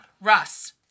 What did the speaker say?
Russ